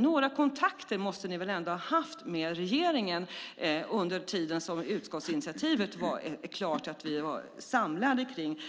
Några kontakter måste ni väl ändå ha haft med regeringen under tiden fram till dess att utskottsinitiativet blev klart och som vi var samlade kring.